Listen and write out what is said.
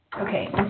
Okay